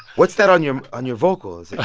what's that on your on your vocals?